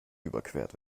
überquert